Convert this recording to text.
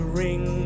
ring